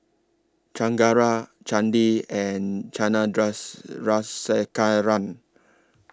Chengara Chandi and China Just Run